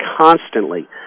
constantly